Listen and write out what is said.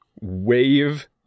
wave